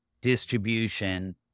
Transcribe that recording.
distribution